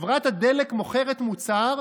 חברת הדלק מוכרת מוצר,